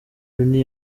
rooney